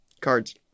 cards